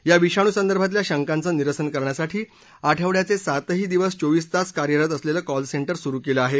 या विषाणू संदर्भातल्या शंकाचं निरसन करण्यासाठी आठवड्याचे सातही दिवस चोवीस तास कार्यरत असलेलं कॉल सेंटर सुरू केलं आहे